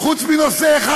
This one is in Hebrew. חוץ מבנושא אחד,